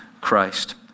Christ